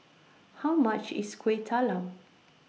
How much IS Kueh Talam